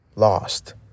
lost